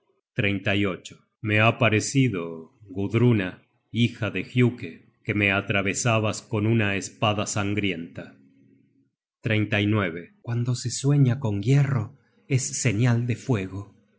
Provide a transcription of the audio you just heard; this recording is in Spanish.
una esplicacion satisfactoria me ha parecido gudruna hija de giuke que me atravesabas con una espada sangrienta guando se sueña con hierro es señal de fuego